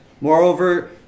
Moreover